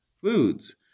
foods